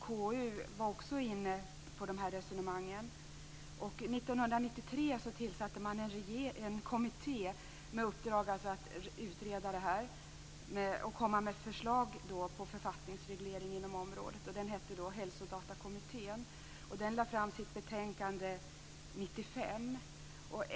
KU var också inne på de resonemangen. 1993 tillsattes en kommitté med uppdrag att utreda detta och komma med förslag på författningsreglering inom området. Den hette Hälsodatakommittén. Kommittén lade fram sitt betänkande 1995.